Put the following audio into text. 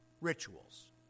rituals